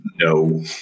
No